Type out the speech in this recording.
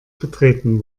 betreten